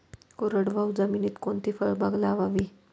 कोरडवाहू जमिनीत कोणती फळबाग लावावी?